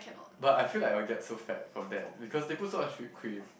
but I feel like I will get so fat from that because they put so much whipped cream